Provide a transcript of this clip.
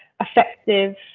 effective